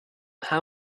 how